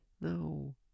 No